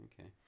Okay